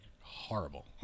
horrible